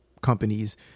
companies